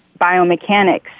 biomechanics